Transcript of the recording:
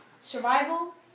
survival